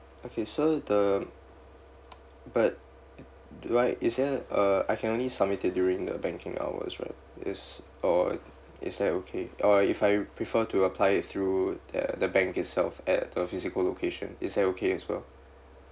okay so the but do I is there a uh I can only submit it during the banking hours right is or is that okay or if I prefer to apply it through the the bank itself at a physical location is that okay as well